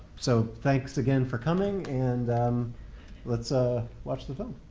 so thanks again for coming and um let's ah watch the film.